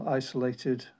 isolated